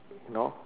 know